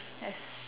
as